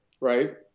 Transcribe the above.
right